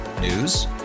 News